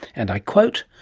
and i quote,